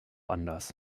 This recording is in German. anders